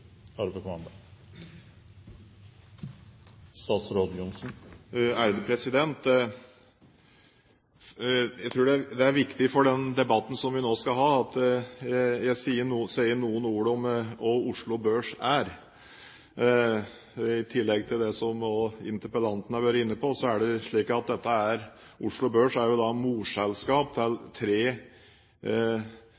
viktig for den debatten som vi nå skal ha, at jeg sier noen ord om hva Oslo Børs er. I tillegg til det som interpellanten har vært inne på, er det slik at Oslo Børs er morselskap til tre separate, konsesjonsbelagte selskaper som hver for seg har ulike funksjoner i verdipapirmarkedet. Det er